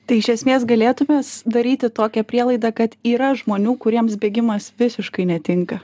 tai iš esmės galėtų mes daryti tokią prielaidą kad yra žmonių kuriems bėgimas visiškai netinka